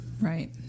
right